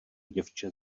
děvče